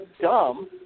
dumb